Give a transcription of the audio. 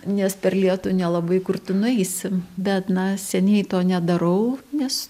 nes per lietų nelabai kur tu nueisi bet na seniai to nedarau nes